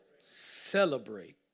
celebrate